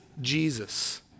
Jesus